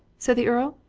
said the earl.